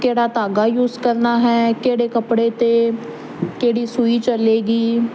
ਕਿਹੜਾ ਧਾਗਾ ਯੂਜ ਕਰਨਾ ਹੈ ਕਿਹੜੇ ਕੱਪੜੇ ਤੇ ਕਿਹੜੀ ਸੂਈ ਚੱਲੇਗੀ